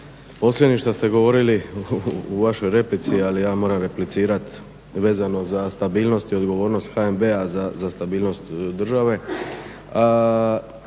posljednjim što ste govorili u vašoj replici ali ja moram replicirati vezano za stabilnost i odgovornost HNB-a za stabilnost države.